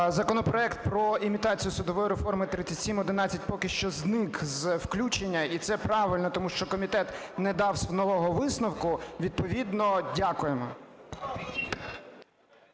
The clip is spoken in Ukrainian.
Законопроект про імітацію судової реформи 3711 поки що зник з включення, і це правильно, тому що комітет на дав нового висновку. Відповідно дякуємо.